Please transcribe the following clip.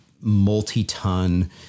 multi-ton